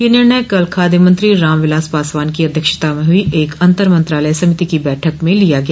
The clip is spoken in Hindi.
यह निर्णय कल खाद्य मंत्री रामविलास पासवान की अध्यक्षता में हुई एक अन्तर मंत्रालय समिति की बैठक में लिया गया